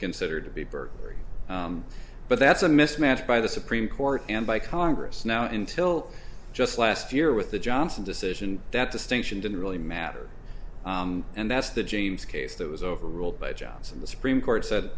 consider to be burglary but that's a mismatch by the supreme court and by congress now until just last year with the johnson decision that distinction didn't really matter and that's the james case that was overruled by johnson the supreme court said